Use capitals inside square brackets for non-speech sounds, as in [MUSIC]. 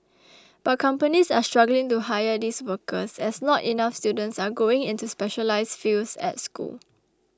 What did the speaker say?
[NOISE] but companies are struggling to hire these workers as not enough students are going into specialised fields at school